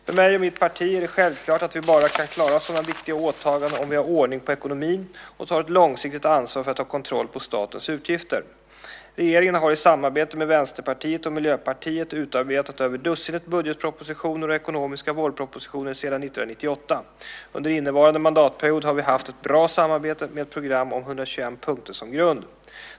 För mig och mitt parti är det självklart att vi bara kan klara sådana viktiga åtaganden om vi har ordning på ekonomin, och tar ett långsiktigt ansvar för att ha kontroll på statens utgifter. Regeringen har i samarbete med Vänsterpartiet och Miljöpartiet utarbetat över dussinet budgetpropositioner och ekonomiska vårpropositioner sedan 1998. Under innevarande mandatperiod har vi haft ett bra samarbete med ett program om 121 punkter som grund.